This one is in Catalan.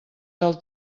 del